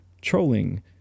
trolling